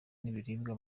n’ibiribwa